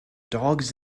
dogs